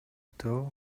өтө